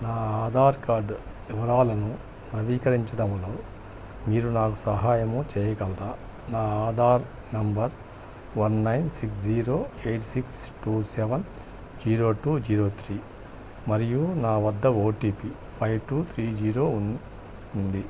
నా ఆధార్ కార్డు వివరాలను నవీకరించడంలో మీరు నాకు సహాయము చేయగలరా నా Aadhaar number one nine six zero eight six two seven zero two zero three మరియు నా వద్ద OTP five two three zero ఉన్ ఉంది